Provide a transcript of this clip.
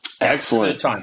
Excellent